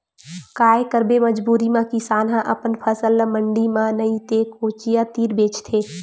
काये करबे मजबूरी म किसान ह अपन फसल ल मंडी म नइ ते कोचिया तीर बेचथे